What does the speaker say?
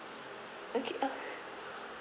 okay